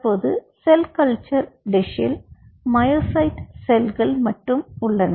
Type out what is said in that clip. தற்போது cell culture டிஷ்ஷில் myocyte செல்கள் மட்டும் உள்ளன